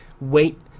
wait